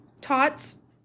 tots